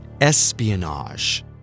espionage